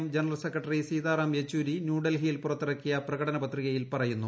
് general secretary Sitaram Yechury ന്യൂഡൽഹിയിൽ പുറത്തിറക്കിയു പ്രകടന പത്രികയിൽ പറയുന്നു